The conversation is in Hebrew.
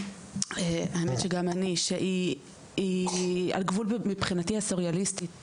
שהיא על גבול מבחינתי הסוריאליסטית,